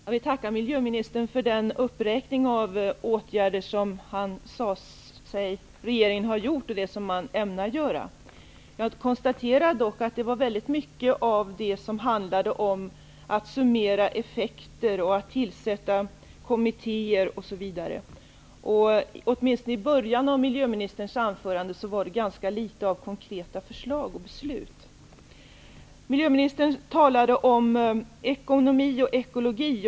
Herr talman! Jag vill tacka miljöministern för uppräkningen av de åtgärder som regeringen har gjort och ämnar göra. Jag konstaterar dock att väldigt mycket av detta handlade om att summera effekter och om att tillsätta kommittéer osv. Det var ganska litet av konkreta förslag och beslut, åtminstone i början av miljöministerns anförande. Miljöministern talade om ekonomi och ekologi.